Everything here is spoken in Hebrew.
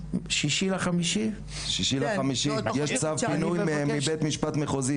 צו פינוי מבית משפט מחוזי.